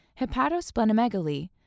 hepatosplenomegaly